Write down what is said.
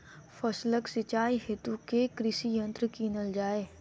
फसलक सिंचाई हेतु केँ कृषि यंत्र कीनल जाए?